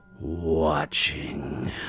watching